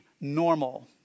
normal